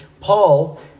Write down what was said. Paul